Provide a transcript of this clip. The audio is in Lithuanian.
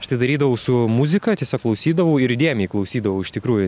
aš tai darydavau su muzika tiesiog klausydavau ir įdėmiai klausydavau iš tikrųjų